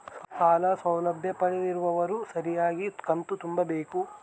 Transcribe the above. ಸಾಲ ಸೌಲಭ್ಯ ಪಡೆದಿರುವವರು ಸರಿಯಾಗಿ ಕಂತು ತುಂಬಬೇಕು?